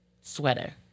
sweater